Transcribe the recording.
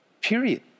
period